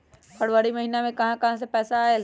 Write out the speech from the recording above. फरवरी महिना मे कहा कहा से पैसा आएल?